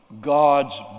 God's